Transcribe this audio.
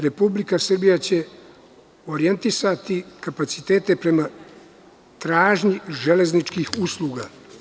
Republika Srbija će orijentisati kapacitete prema tražnji železničkih usluga.